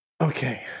okay